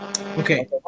Okay